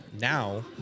Now